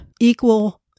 equal